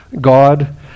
God